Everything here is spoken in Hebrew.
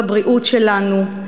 בבריאות שלנו,